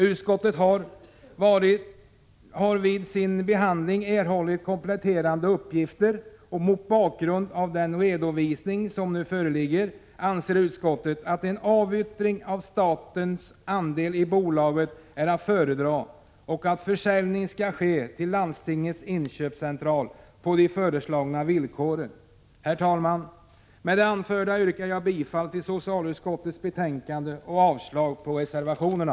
Utskottet har vid sin behandling erhållit kompletterande uppgifter, och mot bakgrund av den redovisning som nu föreligger anser utskottet att en avyttring av statens andel i bolaget är att föredra och att försäljning skall ske till Landstingets inköpscentral på de föreslagna villkoren. Herr talman! Med det anförda yrkar jag bifall till hemställan i socialutskottets betänkande och avslag på reservationerna.